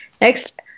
Next